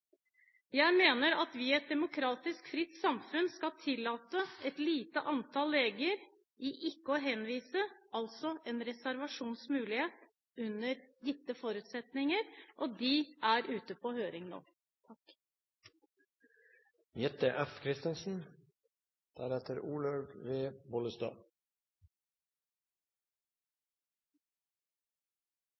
Jeg mener at vi i et demokratisk, fritt samfunn skal tillate et lite antall leger ikke å henvise – altså en reservasjonsmulighet – under gitte forutsetninger. Det er ute på høring nå.